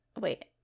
wait